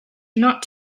not